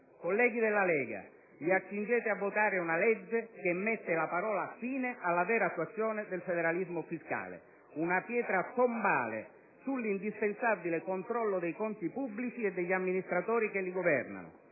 Colleghi della Lega, vi accingete a votare una legge che mette la parola fine alla vera attuazione del federalismo fiscale: una pietra tombale sull'indispensabile controllo dei conti pubblici e degli amministratori che li governano.